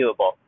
doable